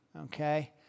okay